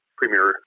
premier